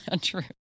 true